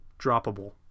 droppable